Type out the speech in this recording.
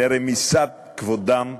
לרמיסת כבודם העצמי.